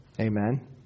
Amen